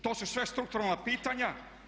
To su sve strukturalna pitanja.